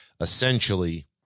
essentially